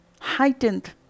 heightened